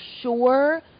sure